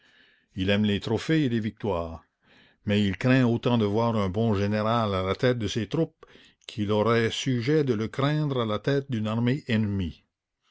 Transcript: il aime les trophées et les victoires mais il craint autant de voir un bon général à la tête de ses troupes qu'il auroit sujet de le craindre à la tête d'une armée ennemie